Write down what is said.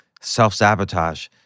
self-sabotage